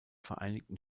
vereinigten